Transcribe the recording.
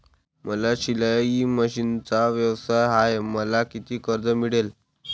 माझा शिलाई मशिनचा व्यवसाय आहे मला किती कर्ज मिळेल?